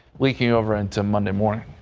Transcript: we king over into monday morning.